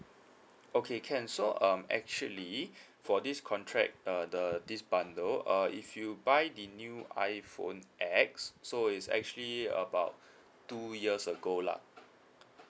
okay can so um actually for this contract uh the this bundle uh if you buy the new iphone X so is actually about two years ago lah